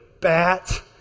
bat